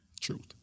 Truth